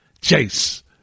chase